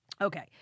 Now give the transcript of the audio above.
Okay